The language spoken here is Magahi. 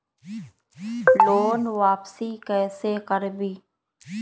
लोन वापसी कैसे करबी?